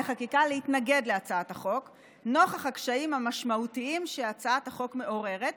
חקיקה להתנגד להצעת החוק נוכח הקשיים המשמעותיים שהצעת החוק מעוררת,